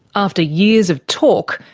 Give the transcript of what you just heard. after years of talk,